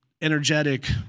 energetic